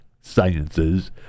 Sciences